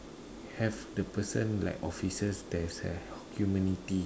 have the person like officers there's a humility